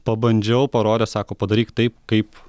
pabandžiau parodė sako padaryk taip kaip